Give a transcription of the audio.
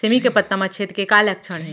सेमी के पत्ता म छेद के का लक्षण हे?